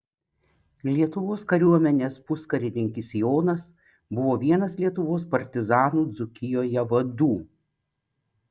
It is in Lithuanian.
lietuvos kariuomenės puskarininkis jonas buvo vienas lietuvos partizanų dzūkijoje vadų